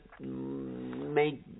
make